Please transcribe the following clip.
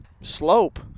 slope